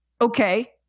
okay